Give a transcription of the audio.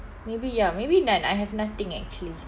maybe ya maybe none I have nothing actually